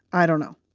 i don't know,